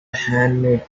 handmade